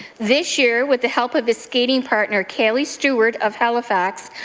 this year with the help of his skating partner caley start of halifax,